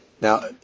Now